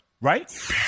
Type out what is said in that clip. right